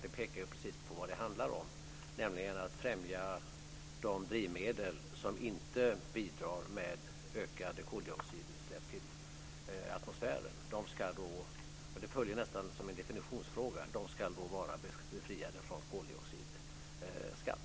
Det pekar på precis det som det handlar om, nämligen att främja de drivmedel som inte bidrar med ökade koldioxidutsläpp till atmosfären. Det följer nästan som en definitionsfråga att de då ska vara befriade från koldioxidskatt.